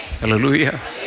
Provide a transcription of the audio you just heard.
Hallelujah